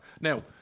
Now